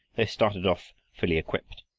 they started off fully equipped.